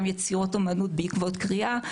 גם יצירות אומנות בעקבות קריאה.